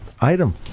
item